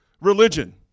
religion